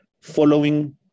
following